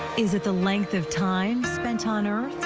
is that the length of time spent honor.